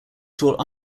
taught